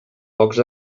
pocs